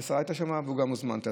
השרה הייתה שמה וגם אני הוזמנתי.